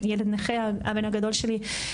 הבן הגדול שלי נכה,